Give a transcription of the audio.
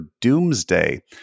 Doomsday